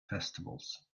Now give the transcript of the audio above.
festivals